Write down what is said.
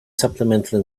supplemental